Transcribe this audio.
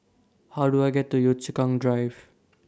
How Do I get to Yio Chu Kang Drive